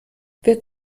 wird